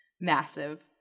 massive